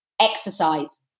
Exercise